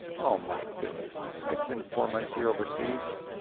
oh my goodness. i spend four months a year overseas.